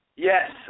Yes